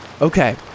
Okay